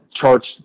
charts